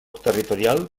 territorial